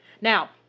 Now